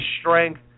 strength